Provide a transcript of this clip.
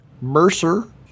Mercer